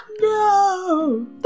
No